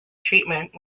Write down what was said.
treatment